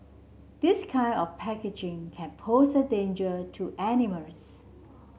this kind of packaging can pose a danger to animals